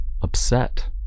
upset